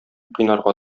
кыйнарга